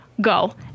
Go